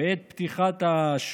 בעת פתיחת השוק